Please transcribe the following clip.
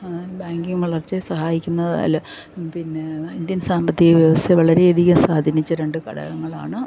banking വളർച്ചയെ സഹായിക്കുന്ന അല്ല പിന്നെ ഇന്ത്യൻ സാമ്പത്തിക വ്യവസ്ഥയെ വളരെയധികം സ്വാധീനിച്ച രണ്ട് ഘടകങ്ങളാണ്